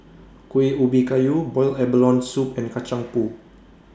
Kuih Ubi Kayu boiled abalone Soup and Kacang Pool